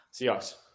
Seahawks